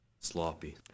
Sloppy